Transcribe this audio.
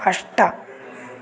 अष्ट